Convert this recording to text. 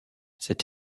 cette